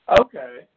okay